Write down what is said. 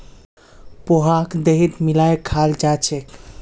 पोहाक दहीत मिलइ खाल जा छेक